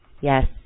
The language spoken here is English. Yes